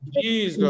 Jesus